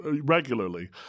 regularly